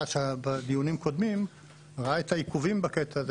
בדיונים קודמים ראה את העיכובים בקטע הזה.